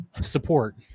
support